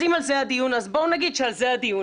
אז אם על זה הדיון אז בואו נגיד שעל זה הדיון,